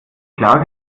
klar